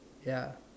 ya